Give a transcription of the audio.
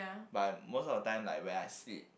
but I'm most of the time like when I sleep